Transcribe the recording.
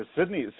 Sydney